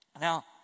Now